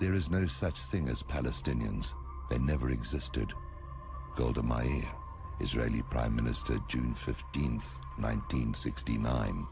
there is no such thing as palestinians that never existed golda my israeli prime minister june fifteenth nineteen sixty nine